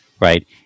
Right